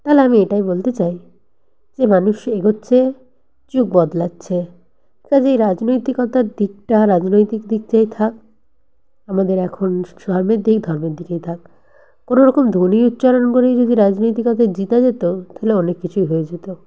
তালে আমি এটাই বলতে চাই যে মানুষ এগোচ্ছে যুগ বদলাচ্ছে কাজেই রাজনৈতিকতার দিকটা রাজনৈতিক দিকটাই থাক আমাদের এখন ধর্মের দিক ধর্মের দিকেই থাক কোনো রকম ধ্বনি উচ্চারণ করেই যদি রাজনৈতিকতা জিতে যেতো তাহলে অনেক কিছুই হয়ে যেতো